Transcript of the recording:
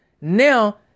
Now